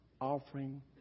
offering